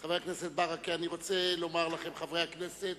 חבר הכנסת ברכה, אני רוצה לומר לכם, חברי הכנסת: